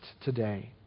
today